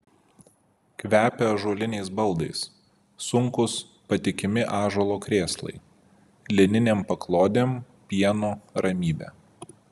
kvepia ąžuoliniais baldais sunkūs patikimi ąžuolo krėslai lininėm paklodėm pienu ramybe